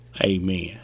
Amen